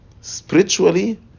spiritually